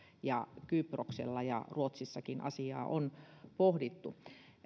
ja kyproksella ja ruotsissakin asiaa on pohdittu